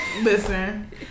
Listen